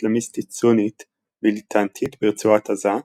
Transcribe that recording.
ואסלאמיסטית-סונית מיליטנטית ברצועת עזה,